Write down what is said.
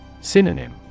Synonym